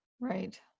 right